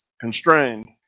constrained